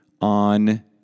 on